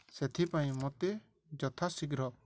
ସେଥିପାଇଁ ମୋତେ ଯଥାଶୀଘ୍ର